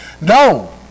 No